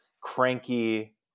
cranky